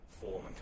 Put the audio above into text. form